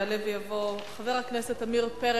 יעלה ויבוא חבר הכנסת עמיר פרץ.